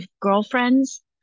girlfriends